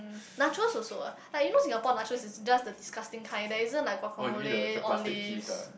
nachos also ah like you know Singapore nachos is just the disgusting kind there isn't like guacamole olives